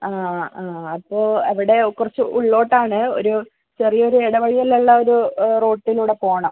ആ ആ അപ്പോൾ അവിടെ കുറച്ച് ഉള്ളിലോട്ടാണ് ഒരു ചെറിയൊരു ഇടവഴിയിയിലുള്ളൊരു റോട്ടിലൂടെ പോവണം